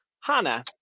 Hannah